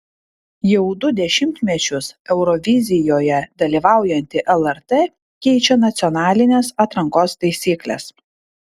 jau du dešimtmečius eurovizijoje dalyvaujanti lrt keičia nacionalinės atrankos taisykles